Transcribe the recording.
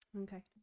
Okay